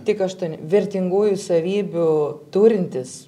tik aštuoni vertingųjų savybių turintys